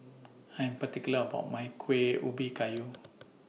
I Am particular about My Kuih Ubi Kayu